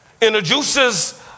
introduces